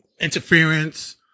interference